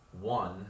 one